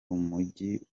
umujyi